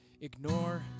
ignore